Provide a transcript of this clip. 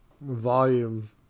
volume